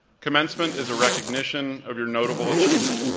commencement is a recognition of your notable achievement.